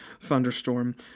thunderstorm